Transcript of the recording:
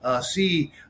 see